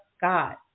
God